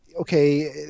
okay